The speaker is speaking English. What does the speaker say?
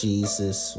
Jesus